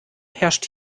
herrscht